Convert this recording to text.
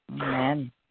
Amen